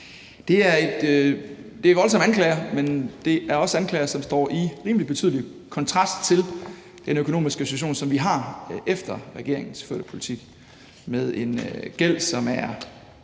Det er voldsomme anklager, men det er også anklager, som står i rimelig betydelig kontrast til den økonomiske situation, som vi har, efter regeringens førte politik. Det er en gæld, som er